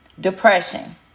depression